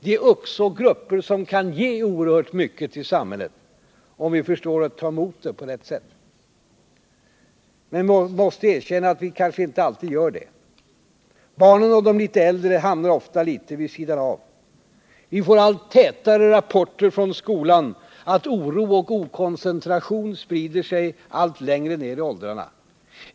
Det är också grupper som kan ge oerhört mycket till samhället — om vi förstår att ta emot dem på rätt sätt. Men vi måste erkänna att vi kanske inte alltid gör det. Barnen och de något äldre hamnar ofta litet vid sidan om. Vi får allt tätare rapporter från skolan om att oro och okoncentration sprider sig allt längre ner i åldrarna.